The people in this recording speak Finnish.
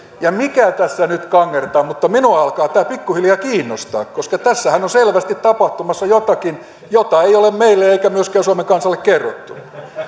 ja mikä tässä nyt kangertaa mutta minua alkaa tämä pikkuhiljaa kiinnostaa koska tässähän on selvästi tapahtumassa jotakin jota ei ole meille eikä myöskään suomen kansalle kerrottu